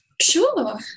Sure